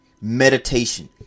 meditation